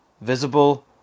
visible